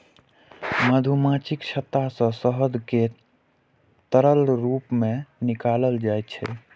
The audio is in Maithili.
मधुमाछीक छत्ता सं शहद कें तरल रूप मे निकालल जाइ छै